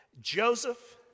Joseph